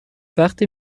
وقتی